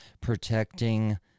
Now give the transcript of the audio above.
protecting